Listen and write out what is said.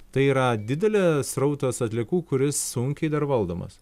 tai yra didelė srautas atliekų kuris sunkiai dar valdomas